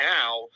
now